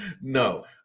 No